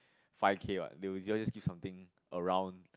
five K what they will just just give something around